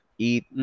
eat